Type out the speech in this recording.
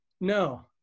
No